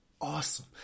awesome